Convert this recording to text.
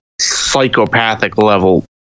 psychopathic-level